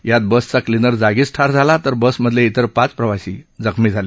यात बसचा क्लिनर जागीच ठार झाला तर बसमधले इतर पाच प्रवाशी जखमी झाले